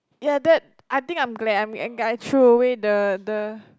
ya that I think I'm glad I mean I threw away the the